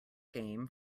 game